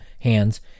hands